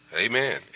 Amen